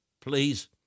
please